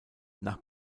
nach